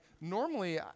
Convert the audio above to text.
normally